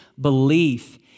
belief